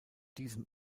diesem